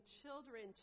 children